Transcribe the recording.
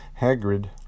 Hagrid